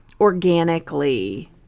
organically